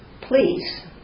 please